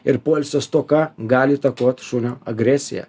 ir poilsio stoka gali įtakot šunio agresiją